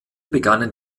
begannen